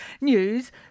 News